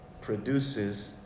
produces